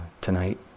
tonight